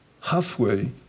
halfway